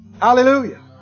Hallelujah